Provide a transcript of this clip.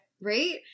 Right